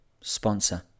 Sponsor